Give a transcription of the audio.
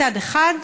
מצד אחד,